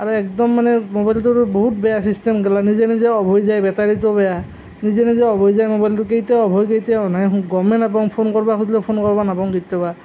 আৰু একদম মানে মোবাইলটো বহুত বেয়া চিষ্টেমগেলা নিজে নিজে অফ হৈ যায় বেটাৰিটো বেয়া নিজে নিজে অফ হৈ যায় মোবাইলটো কেতিয়া অফ হয় কেতিয়া অন হয় গমেই নাপাওঁ ফোন কৰিব খুজিলেও ফোন কৰিব নাপাওঁ কেতিয়াবা